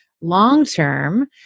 Long-term